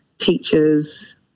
teachers